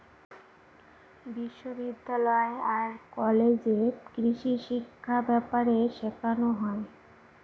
বিশ্ববিদ্যালয় আর কলেজে কৃষিশিক্ষা ব্যাপারে শেখানো হয়